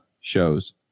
shows